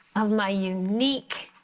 of my unique